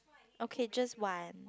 okay just one